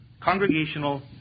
Congregational